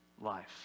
life